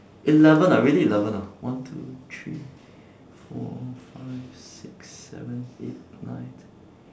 eleven ah really eleven ah one two three four five six seven eight nine ten